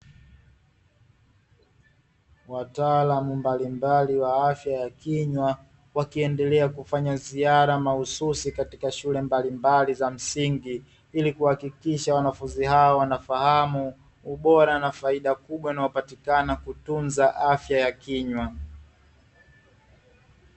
Wataalamu mbalimbali wa afya ya kinywa, wakiendelea kufanya ziara mahususi katika shule mbalimbali za msingi, ili kuhakikisha wanafunzi hawa wanafahamu ubora na faida kubwa inayopatikana kutunza afya ya kinywa.